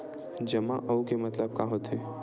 जमा आऊ के मतलब का होथे?